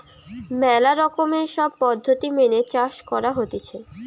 ম্যালা রকমের সব পদ্ধতি মেনে চাষ করা হতিছে